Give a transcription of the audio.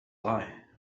lie